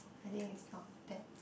I think it's not bad